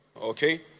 okay